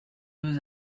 deux